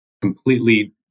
completely